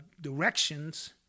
directions